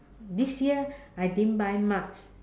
this year I didn't buy much